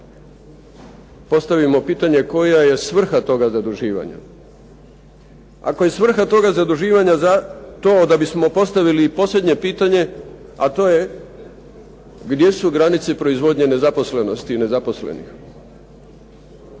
postavimo pitanje koja je svrha toga zaduživanja? Ako je svrha toga zaduživanja to da bismo postavili posljednje pitanje, a to je gdje su granice proizvodnje nezaposlenosti i nezaposlenih?